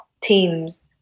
teams